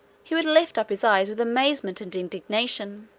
he would lift up his eyes with amazement and indignation.